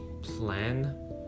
plan